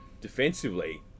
defensively